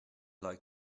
like